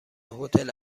هتل